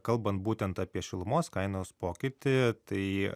kalbant būtent apie šilumos kainos pokytį tai